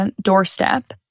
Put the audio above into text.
doorstep